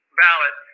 ballot